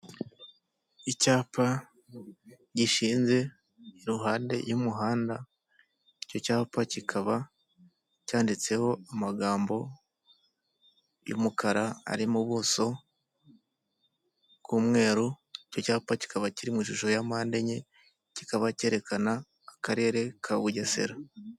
Icyapa gishinze iruhande y'umuhanda icyo cyapa kikaba cyanditseho amagambo y'umukara ari mu ubuso bw'umweru icyo cyapa kikaba kiri mu ishusho ya mpande enye, kikaba cyerekana akarere ka bugesera.